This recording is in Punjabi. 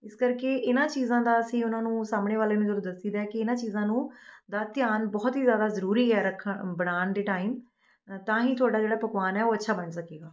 ਇਸ ਕਰਕੇ ਇਹਨਾਂ ਚੀਜ਼ਾ ਦਾ ਅਸੀਂ ਉਹਨਾਂ ਨੂੰ ਸਾਹਮਣੇ ਵਾਲੇ ਨੂੰ ਜਦੋਂ ਦੱਸੀ ਦਾ ਕਿ ਇਨ੍ਹਾਂ ਚੀਜ਼ਾ ਨੂੰ ਦਾ ਧਿਆਨ ਬਹੁਤ ਹੀ ਜ਼ਿਆਦਾ ਜ਼ਰੂਰੀ ਹੈ ਰੱਖਣ ਬਣਾਉਣ ਦੇ ਟਾਈਮ ਤਾਂ ਹੀ ਤੁਹਾਡਾ ਜਿਹੜਾ ਪਕਵਾਨ ਹੈ ਉਹ ਅੱਛਾ ਬਣ ਸਕੇਗਾ